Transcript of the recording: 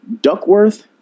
Duckworth